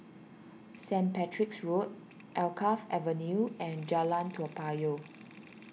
Saint Patrick's Road Alkaff Avenue and Jalan Toa Payoh